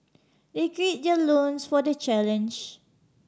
they gird their loins for the challenge